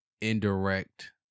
indirect